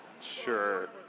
Sure